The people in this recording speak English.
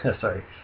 Sorry